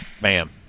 bam